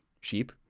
sheep